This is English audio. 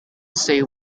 see